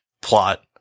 plot